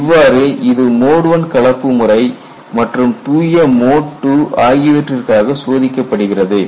இவ்வாறு இது mode I கலப்பு முறை மற்றும் தூய மோட் II ஆகியவற்றிற்காக சோதிக்கப்படுகிறது